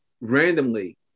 Randomly